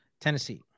Tennessee